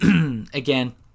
Again